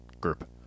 group